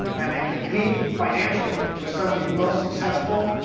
and they compete financially with some of the most successful,